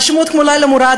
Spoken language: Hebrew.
שמות כמו לילה מוראד,